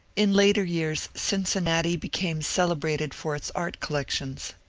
in later years cincinnati became celebrated for its art collec tions.